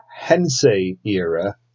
Hensei-era